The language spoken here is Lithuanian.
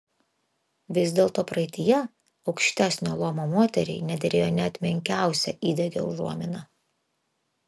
vis dėlto praeityje aukštesnio luomo moteriai nederėjo net menkiausia įdegio užuomina